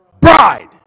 bride